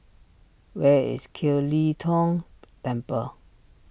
where is Kiew Lee Tong Temple